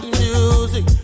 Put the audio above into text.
music